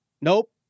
Nope